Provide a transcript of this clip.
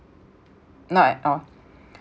not at all